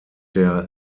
der